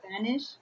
Spanish